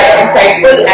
insightful